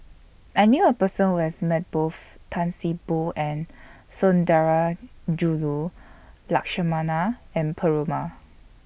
I knew A Person Who has Met Both Tan See Boo and Sundarajulu Lakshmana and Perumal